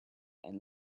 and